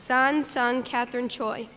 son son catherine choi